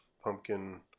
pumpkin